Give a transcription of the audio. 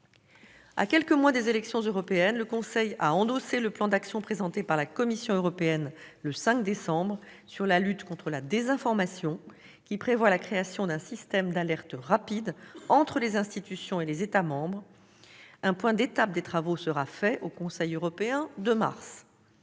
À quelques mois des élections européennes, le Conseil a endossé le plan d'action présenté par la Commission européenne le 5 décembre dernier sur la lutte contre la désinformation, qui prévoit la création d'un « système d'alerte rapide » entre les institutions et les États membres. Un point d'étape des travaux sera fait au Conseil européen de mars.